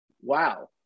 Wow